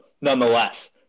nonetheless